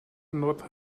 not